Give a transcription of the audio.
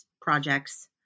projects